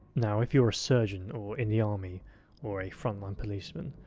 now, if you're a surgeon or in the army or a front-line policeman,